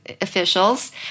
officials